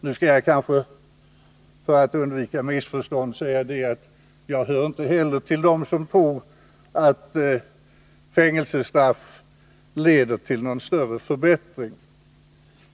Nu skall jag kanske för att undvika missförstånd säga att inte heller jag hör till dem som tror att fängelsestraff leder till någon större förbättring.